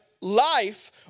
life